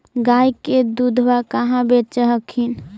गया के दूधबा कहाँ बेच हखिन?